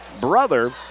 brother